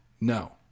No